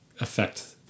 affect